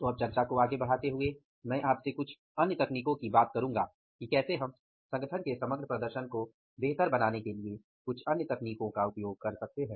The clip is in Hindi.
तो अब चर्चा को आगे बढ़ाते हुए मैं आपसे कुछ अन्य तकनीकों की बात करूंगा कि कैसे हम संगठन के समग्र प्रदर्शन को बेहतर बनाने के लिए कुछ अन्य तकनीकों का उपयोग कर सकते हैं